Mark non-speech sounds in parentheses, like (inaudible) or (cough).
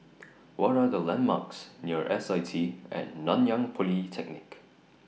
(noise) What Are The landmarks near S I T At Nanyang Polytechnic